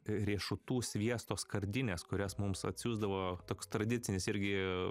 riešutų sviesto skardinės kurias mums atsiųsdavo toks tradicinis irgi